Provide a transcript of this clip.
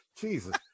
Jesus